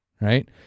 Right